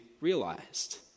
realized